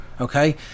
okay